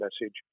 message